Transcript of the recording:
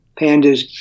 PANDAS